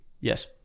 Yes